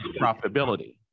profitability